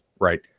right